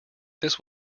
this